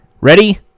ready